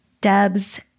Debs